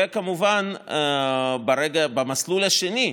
כמובן במסלול השני,